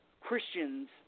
Christians